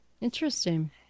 Interesting